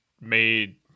made